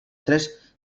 tres